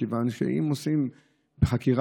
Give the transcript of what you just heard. כיוון שאם עושים חקירה,